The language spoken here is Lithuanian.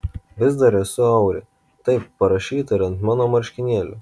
vis dar esu auri taip parašyta ir ant mano marškinėlių